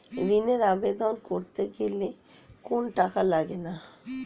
ঋণের আবেদন করতে গেলে কোন টাকা লাগে কিনা?